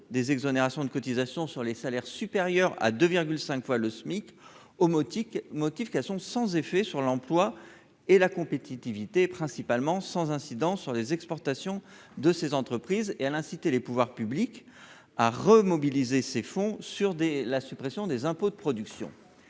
des exonérations de cotisations sur les salaires supérieurs à 2 5 fois le SMIC au motif motif qu'elles sont sans effet sur l'emploi et la compétitivité principalement sans incidence sur les exportations de ces entreprises et à l'inciter les pouvoirs publics à remobiliser ses fonds sur des la suppression des impôts, de production